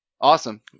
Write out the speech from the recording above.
awesome